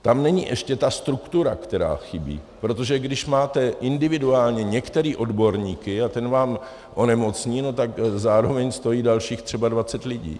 Tam není ještě ta struktura, která chybí, protože když máte individuálně některé odborníky a ten vám onemocní, no tak zároveň stojí dalších třeba dvacet lidí.